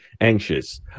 anxious